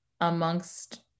amongst